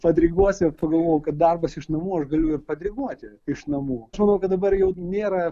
padiriguosiu pagalvojau kad darbas iš namų aš galiu ir padiriguoti iš namų aš manau kad dabar jau nėra